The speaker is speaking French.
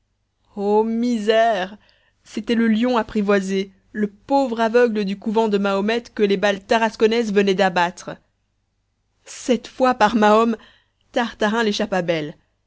o misère c'était le lion apprivoisé le pauvre aveugle du couvent de mohammed que les balles tarasconnaises venaient d'abattre cette fois par mahom tartarin l'échappa belle